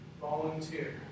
volunteer